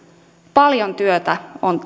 paljon työtä on